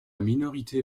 minorité